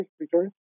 Victoria